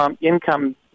income